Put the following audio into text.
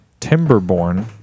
Timberborn